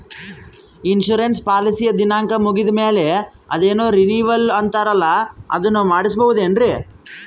Insurance ಪಾಲಿಸಿಯ ದಿನಾಂಕ ಮುಗಿದ ಮೇಲೆ ಅದೇನೋ ರಿನೀವಲ್ ಅಂತಾರಲ್ಲ ಅದನ್ನು ಮಾಡಿಸಬಹುದೇನ್ರಿ?